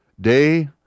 Day